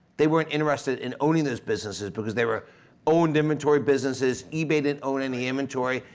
they weren't interested in owning those businesses because they were owned inventory businesses. ebay didn't own any inventory,